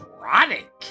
erotic